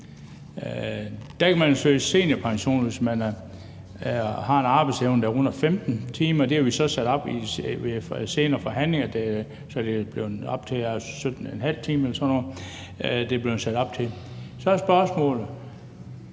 Der kan man jo søge seniorpension, hvis man har en arbejdsevne, der er under 15 timer, og det har vi så ved senere forhandlinger sat op til 17½ time eller sådan noget.